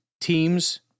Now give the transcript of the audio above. teams